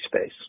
space